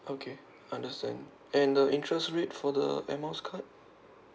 okay understand and the interest rate for the air miles card